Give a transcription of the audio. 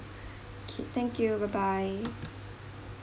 K thank you bye bye